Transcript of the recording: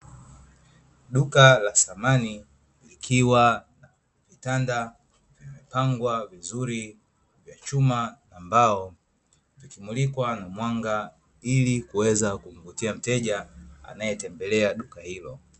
Duka la samani likiwa na vitanda vimepangwa vizuri vya chuma na mbao, vikimulikwa na mwanga ili kuweza kumvutia mteja anayetembelea duka hilo.